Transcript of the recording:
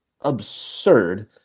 absurd